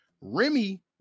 Remy